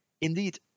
Indeed